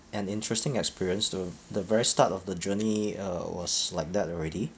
an interesting experience to the very start of the journey uh was like that already